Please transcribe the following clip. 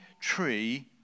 tree